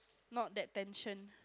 not that tension